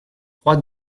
trois